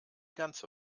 ganze